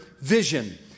vision